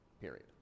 period